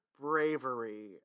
bravery